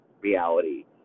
reality